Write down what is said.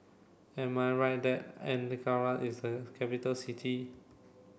am I right that Ankara is a capital city